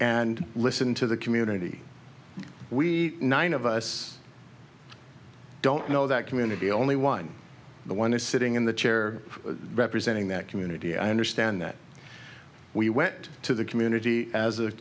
and listen to the community we nine of us don't know that community only one the one is sitting in the chair representing that community i understand that we went to the community as a